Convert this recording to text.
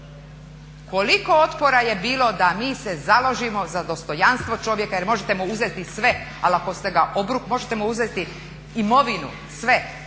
Koliko otpora je bilo da mi se založimo za dostojanstvo čovjeka, jer možete mu uzeti sve ali ako ste ga, možete mu uzeti imovinu, sve